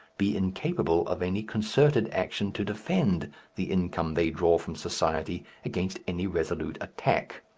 be incapable of any concerted action to defend the income they draw from society against any resolute attack.